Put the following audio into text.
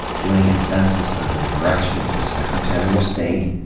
doing its census under the direction of the secretary of state,